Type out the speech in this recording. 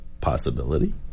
possibility